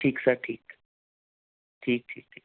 ਠੀਕ ਸਰ ਠੀਕ ਠੀਕ ਠੀਕ ਠੀਕ ਸਰ